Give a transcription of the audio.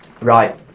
right